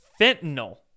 fentanyl